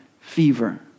fever